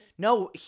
No